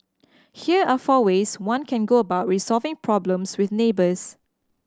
here are four ways one can go about resolving problems with neighbours